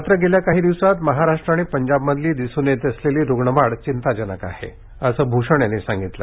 मात्र गेल्या काही दिवसात महाराष्ट्र आणि पंजाबमधली दिसून येत असलेली रुग्ण वाढ चिंताजनक आहे असं भूषण यांनी सांगितलं